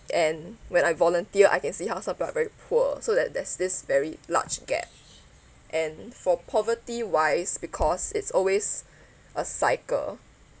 and when I volunteer I can see how some people are very poor so that there's this very large gap and for poverty wise because it's always a cycle